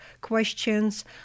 questions